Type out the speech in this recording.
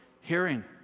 hearing